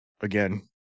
again